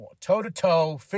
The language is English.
toe-to-toe